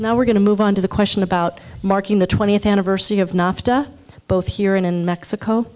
now we're going to move on to the question about marking the twentieth anniversary of nafta both here and in mexico